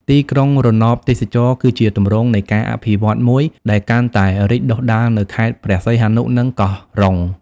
ទីក្រុងរណបទេសចរណ៍ គឺជាទម្រង់នៃការអភិវឌ្ឍន៍មួយដែលកាន់តែរីកដុះដាលនៅខេត្តព្រះសីហនុ និងកោះរ៉ុង។